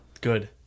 good